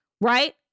Right